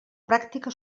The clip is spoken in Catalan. pràctica